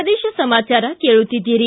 ಪ್ರದೇಶ ಸಮಾಚಾರ ಕೇಳುತ್ತಿದ್ದಿರಿ